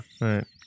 right